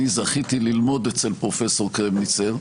אני זכיתי ללמוד אצל פרופ' קרמניצר,